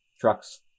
trucks